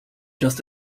just